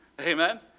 Amen